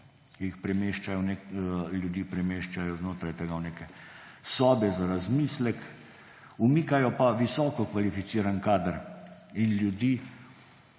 kjer ljudi premeščajo znotraj tega v neke sobe za razmislek, umikajo pa visokokvalificirani kader in ljudi